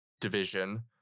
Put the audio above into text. division